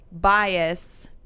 bias